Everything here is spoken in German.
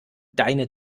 deine